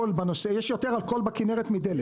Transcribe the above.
יש בכנרת יותר אלכוהול מדלק.